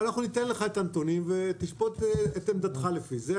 אנחנו ניתן לך את הנתונים ותשפוט את עמדתך לפי זה.